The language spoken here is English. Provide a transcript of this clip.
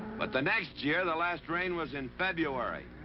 but the next year, the last rain was in february,